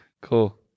Cool